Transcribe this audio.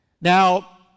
Now